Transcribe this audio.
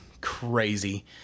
crazy